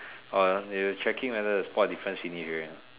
err you checking whether the spot difference finish already or not